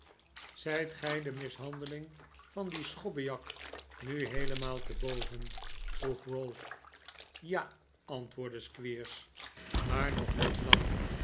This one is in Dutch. zijt gij de mishandeling van dien schobbejak nu heelemaal te boven vroeg ralph ja antwoordde squeers maar nog niet lang